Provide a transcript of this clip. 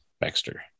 Baxter